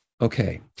Okay